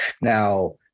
now